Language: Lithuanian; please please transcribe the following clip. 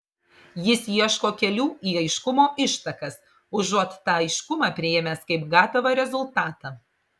jis ieško kelių į aiškumo ištakas užuot tą aiškumą priėmęs kaip gatavą rezultatą